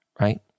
right